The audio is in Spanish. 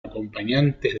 acompañantes